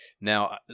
now